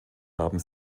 haben